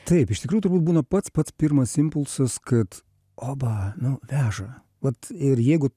taip iš tikrųjų turbūt būna pats pats pirmas impulsas kad oba nu veža vat ir jeigu